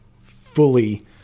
fully